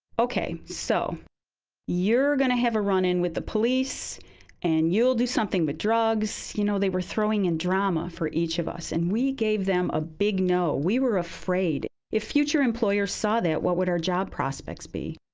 ok, so you're going to have a run in with the police and you will do something with but drugs. you know they were throwing in drama for each of us. and we gave them a big no. we were afraid. if future employers saw that, what would our job prospects be?